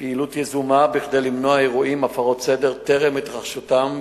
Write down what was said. פעילות יזומה כדי למנוע אירועי הפרות סדר טרם התרחשותם,